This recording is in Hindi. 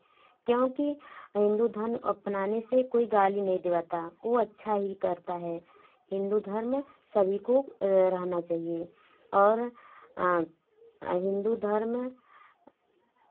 क्योंकि हिंदू धर्म अपनाने से कोई गाली नहीं दे पाता वह अच्छा ही करता है हिंदू घर्म सभी को रहना चाहिए और हिंदू धर्म